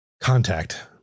contact